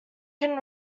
can